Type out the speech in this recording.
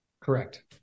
Correct